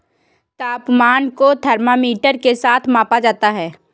तापमान को थर्मामीटर के साथ मापा जाता है